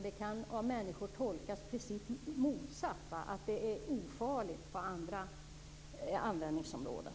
Det kan av människor tolkas som att det är ofarligt för andra användningsområden.